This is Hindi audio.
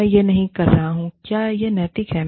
मैं यह नहीं कह रहा हूं क्या यह नैतिक है